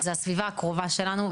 זה הסביבה הקרובה שלנו,